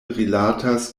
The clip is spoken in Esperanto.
rilatas